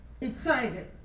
excited